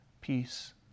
peace